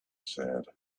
said